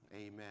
Amen